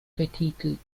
betitelt